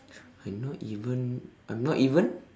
I'm not even I'm not even